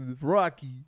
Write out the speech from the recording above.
Rocky